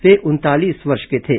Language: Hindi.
वे उनतालीस वर्ष के थे